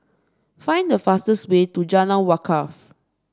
find the fastest way to Jalan Wakaff